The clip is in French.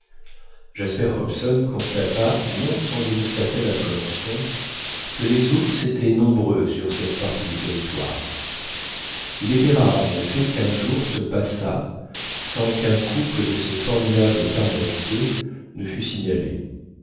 jasper hobson constata non sans une certaine appréhension que les ours étaient nombreux sur cette partie du territoire il était rare en effet qu'un jour se passât sans qu'un couple de ces formidables carnassiers ne fût signalé